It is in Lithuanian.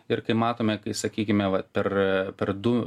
ir kai matome kai sakykime va per per du